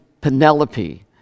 Penelope